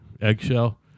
eggshell